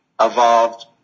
evolved